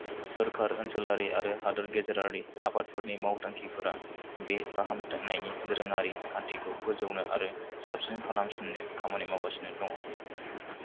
सोरकार ओनसोलारि आरो हादोर गेजेरारि आफादफोरनि मावथांफिफोरा बे फाहामनायनि दोरोङारि खान्थिखौ फोजौनो आरो साबसिन खालामसिन्नो खामानि मावगासिनो दङ